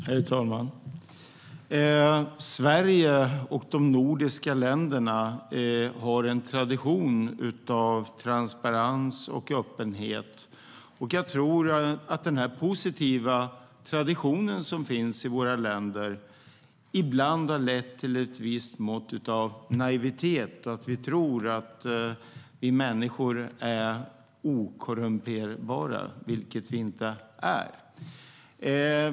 Herr talman! Sverige och de nordiska länderna har en tradition av transparens och öppenhet. Jag tror att denna positiva tradition ibland har lett till ett visst mått av naivitet. Vi tror att vi människor är okorrumperbara, vilket vi inte är.